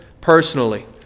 personally